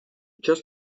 čas